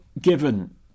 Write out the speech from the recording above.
Given